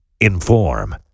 inform